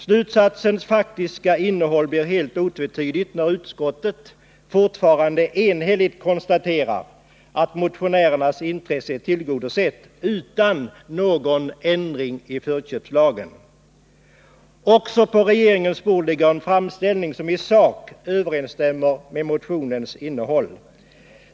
Slutsatsens faktiska innehåll blir helt otvetydigt när utskottet, fortfarande enhälligt, konstaterar att motionärernas intresse är tillgodosett utan någon ändring i förköpslagen. Också på regeringens bord ligger en framställning som i sak överensstämmer med motionens innehåll.